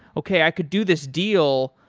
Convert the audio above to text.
okay. i could do this deal,